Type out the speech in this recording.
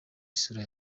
isura